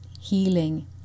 healing